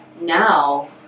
now